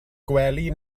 gwely